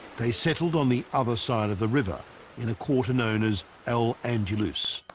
they settled on the other side of the river in a quarter known as el angelus